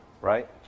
right